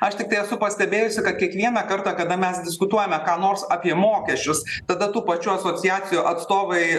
aš tiktai esu pastebėjusi kad kiekvieną kartą kada mes diskutuojame ką nors apie mokesčius tada tų pačių asociacijų atstovai